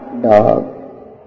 dog